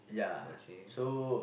okay